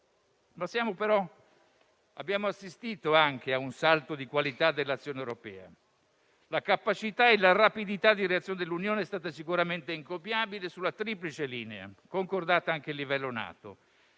Abbiamo assistito, tuttavia, anche a un salto di qualità dell'azione europea. La capacità e la rapidità di reazione dell'Unione sono state sicuramente encomiabili sulla triplice linea concordata anche a livello NATO: